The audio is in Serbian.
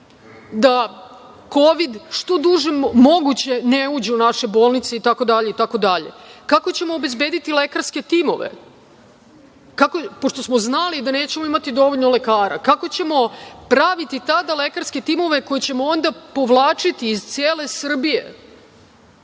da kovid što duže moguće ne uđe u naše bolnice itd, kako ćemo obezbedili lekarske timove, pošto smo znali da nećemo imati dovoljno lekara, kako ćemo praviti tada lekarske timove koje ćemo onda povlačiti iz cele Srbije